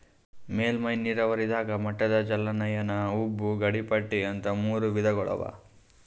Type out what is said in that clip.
ಮೇಲ್ಮೈ ನೀರಾವರಿದಾಗ ಮಟ್ಟದ ಜಲಾನಯನ ಉಬ್ಬು ಗಡಿಪಟ್ಟಿ ಅಂತ್ ಮೂರ್ ವಿಧಗೊಳ್ ಅವಾ